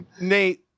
Nate